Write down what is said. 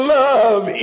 love